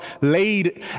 laid